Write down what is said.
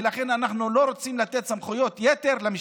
ולכן אנחנו לא רוצים לתת סמכויות יתר למשטרה.